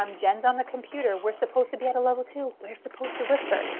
um jen's on the computer were supposed to be at a level two. we're supposed to whisper.